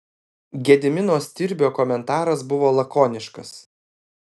gedimino stirbio komentaras buvo lakoniškas